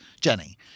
Jenny